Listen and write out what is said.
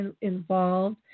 involved